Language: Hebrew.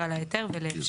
על איזה מקרה?